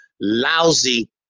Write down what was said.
lousy